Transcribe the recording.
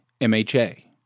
MHA